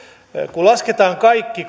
kun lasketaan kaikki